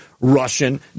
Russian